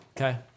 Okay